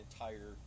entire